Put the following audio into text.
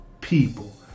people